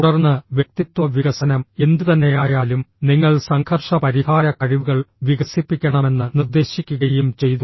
തുടർന്ന് വ്യക്തിത്വ വികസനം എന്തുതന്നെയായാലും നിങ്ങൾ സംഘർഷ പരിഹാര കഴിവുകൾ വികസിപ്പിക്കണമെന്ന് നിർദേശിക്കുകയും ചെയ്തു